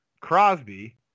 Crosby